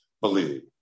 believe